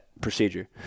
procedure